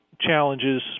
challenges